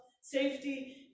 Safety